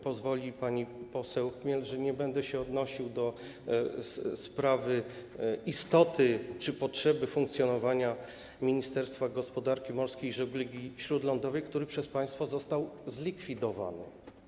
Pozwoli pani poseł Chmiel, że nie będę się odnosił do istoty czy potrzeby funkcjonowania Ministerstwa Gospodarki Morskiej i Żeglugi Śródlądowej, które przez państwo został zlikwidowane.